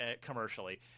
commercially